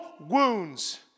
wounds